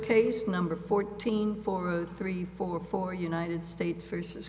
case number fourteen forward three four for united states versus